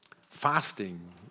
fasting